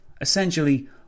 essentially